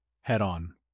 head-on